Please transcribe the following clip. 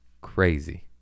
Crazy